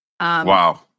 Wow